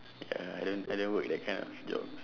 ya I don't I don't work in that kind of jobs